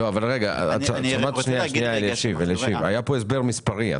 היה פה הסבר מספרי.